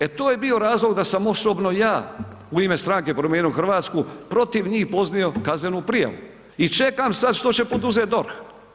E to je bio razlog da sam osobno ja u ime strane Promijenimo Hrvatsku protiv njih podnio kaznenu prijavu i čekam sad što će poduzeti DORH.